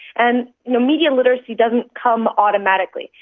and you know media literacy doesn't come automatically.